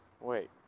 wait